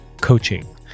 coaching